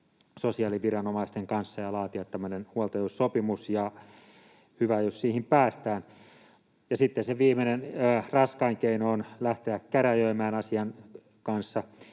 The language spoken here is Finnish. sosiaaliviranomaisten kanssa ja laatia huoltajuussopimus, ja on hyvä, jos siihen päästään. Sitten se viimeinen, raskain keino on lähteä käräjöimään asian kanssa.